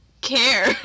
care